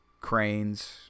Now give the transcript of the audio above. cranes